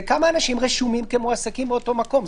זה כמה אנשים רשומים כמועסקים באותו מקום.